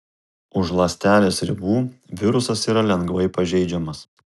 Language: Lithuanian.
už ląstelės ribų virusas yra lengvai pažeidžiamas